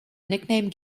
nickname